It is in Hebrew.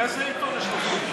באיזה עיתון יש לו קשרים?